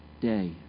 day